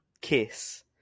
Kiss